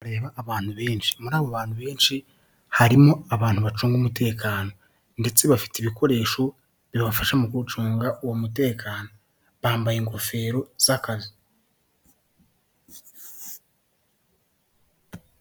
Reba abantu benshi muri abo bantu benshi harimo abantu bacunga umutekano, ndetse bafite ibikoresho bibafasha mu gucunga uwo mutekano, bambaye ingofero z'akazi.